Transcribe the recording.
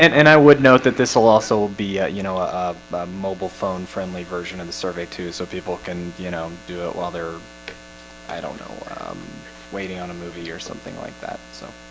and and i would note that this will also be a you know a mobile phone friendly version of the survey too. so people can you know do it while they're i don't know waiting on a movie or something like that. so,